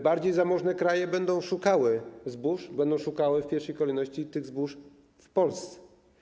Bardziej zamożne kraje będą szukały zbóż, będą szukały w pierwszej kolejności tych zbóż w Polsce.